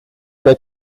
fue